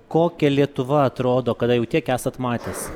kokia lietuva atrodo kada jau tiek esat matęs